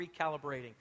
recalibrating